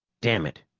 damn it,